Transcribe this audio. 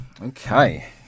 Okay